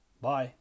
bye